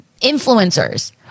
influencers